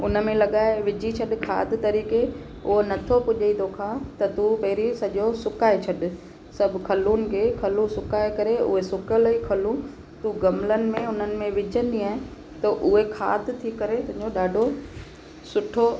उन में लॻाए विझी छॾु खाद तरीक़े उहो नथो पुॼे तौखां त तूं पहिरीं सॼो सुकाए छॾु सभु खलूनि खे खलो सुकाए करे उहे सुकल ई खलू हू गमलनि में उन्हनि में विझंदी आहे त उहे खाद थी करे तुंहिंजो ॾाढो सुठो